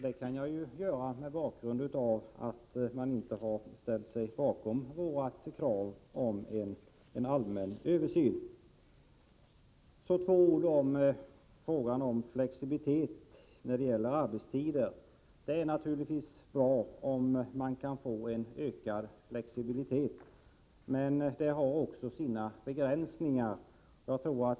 Det kan jag göra mot bakgrund av att socialdemokraterna inte ställt sig bakom vårt krav på en allmän översyn. Så några ord om flexibilitet när det gäller arbetstiden. Det är naturligtvis bra om man kan få en ökad flexibilitet, men den kan också ha sina begränsningar.